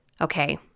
Okay